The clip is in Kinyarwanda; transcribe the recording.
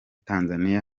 tanzania